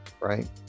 right